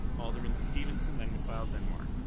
alderman stevenson, then macleod, then mar.